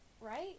right